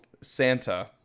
Santa